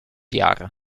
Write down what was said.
jar